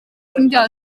ffrindiau